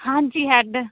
ਹਾਂਜੀ ਹੈੱਡ